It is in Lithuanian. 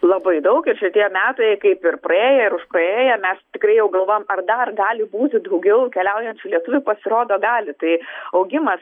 labai daug ir šitie metai kaip ir praėję ir užpraėję mes tikrai jau galvojom ar dar gali būti daugiau keliaujančių lietuvių pasirodo gali tai augimas